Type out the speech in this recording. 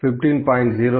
03 15